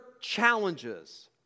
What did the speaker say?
challenges